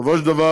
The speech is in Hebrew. בסופו של דבר,